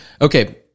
okay